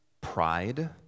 pride